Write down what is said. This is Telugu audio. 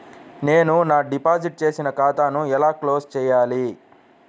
నేను నా డిపాజిట్ చేసిన ఖాతాను ఎలా క్లోజ్ చేయాలి?